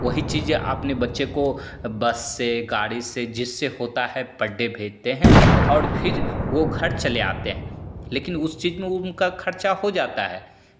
वही चीज़ अपने बच्चे को बस से गाड़ी से जिससे होता है पर डे भेजते हैं और फिर वो घर चले आते हैं लेकिन उस चीज़ में उनका खर्चा हो जाता है